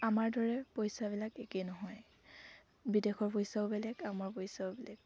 আমাৰ দৰে পইচাবিলাক একেই নহয় বিদেশৰ পইচাও বেলেগ আমাৰ পইচাও বেলেগ